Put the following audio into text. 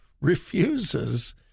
refuses